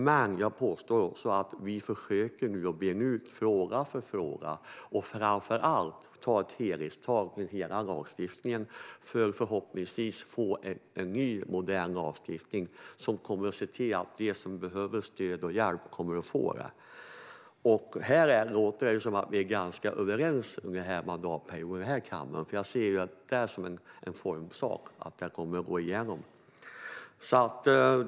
Men jag påstår också att vi nu försöker bena ut fråga för fråga och framför allt ta ett helhetsgrepp runt hela lagstiftningen så att vi förhoppningsvis kan få en ny och modern lagstiftning som gör att de som behöver stöd och hjälp får det. Här låter det som att vi är ganska överens under denna mandatperiod i denna kammare, för jag ser det som en formsak: att det kommer att gå igenom.